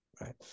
Right